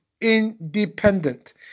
independent